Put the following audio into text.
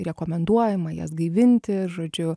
rekomenduojama jas gaivinti žodžiu